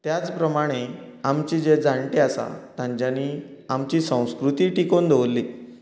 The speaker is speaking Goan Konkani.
त्याच प्रमाणे आमचे जे जाण्टे आसा तांच्यानी आमची संस्कृती टिकोवन दवरली